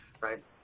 Right